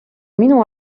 minu